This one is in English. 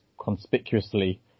conspicuously